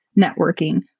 networking